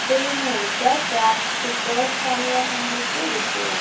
এই মুহূৰ্তত ৰাজকোটৰ স্থানীয় সময়টো দেখুওৱা